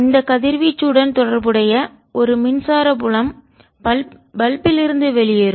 அந்த கதிர்வீச்சுடன் தொடர்புடைய ஒரு மின்சார புலம் பல்பில் இருந்து வெளியேறும்